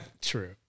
True